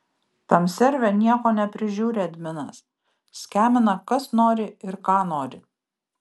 tam serve nieko neprižiūri adminas skemina kas nori ir ką nori